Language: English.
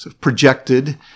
projected